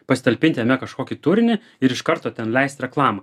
pasitalpinti jame kažkokį turinį ir iš karto ten leist reklamą